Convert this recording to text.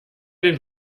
der